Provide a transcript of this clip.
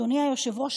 אדוני היושב-ראש,